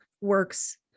works